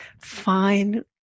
fine